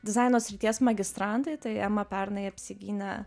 dizaino srities magistrantai tai ema pernai apsigynė